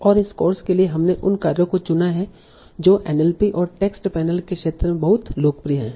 और इस कोर्स के लिए हमने उन कार्यों को चुना है जो एनएलपी और टेक्स्ट पैनल के क्षेत्र में बहुत लोकप्रिय हैं